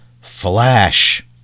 Flash